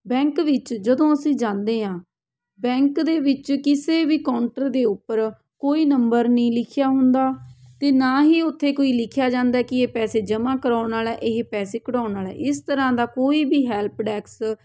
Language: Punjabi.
ਬੈਂਕ ਵਿੱਚ ਜਦੋਂ ਅਸੀਂ ਜਾਂਦੇ ਹਾਂ ਬੈਂਕ ਦੇ ਵਿੱਚ ਕਿਸੇ ਵੀ ਕਾਊਂਟਰ ਦੇ ਉੱਪਰ ਕੋਈ ਨੰਬਰ ਨਹੀਂ ਲਿਖਿਆ ਹੁੰਦਾ ਅਤੇ ਨਾ ਹੀ ਉੱਥੇ ਕੋਈ ਲਿਖਿਆ ਜਾਂਦਾ ਹੈ ਕਿ ਇਹ ਪੈਸੇ ਜਮ੍ਹਾਂ ਕਰਵਾਉਣ ਵਾਲਾ ਇਹ ਪੈਸੇ ਕਢਵਾਉਣ ਵਾਲਾ ਇਸ ਤਰ੍ਹਾਂ ਦਾ ਕੋਈ ਵੀ ਹੈਲਪ ਡੈਕਸ